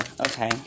Okay